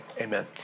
amen